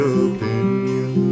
opinion